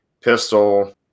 pistol